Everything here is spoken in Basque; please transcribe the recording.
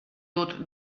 dut